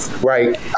right